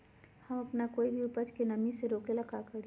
हम अपना कोई भी उपज के नमी से रोके के ले का करी?